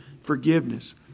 forgiveness